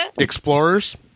Explorers